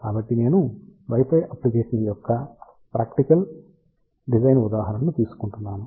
కాబట్టి నేను wifi application యొక్క ప్రాక్టికల్ డిజైన్ ఉదాహరణను తీసుకుంటున్నాను